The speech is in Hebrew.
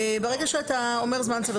ברגע שאתה אומר זמן סביר,